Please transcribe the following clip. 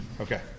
Okay